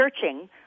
searching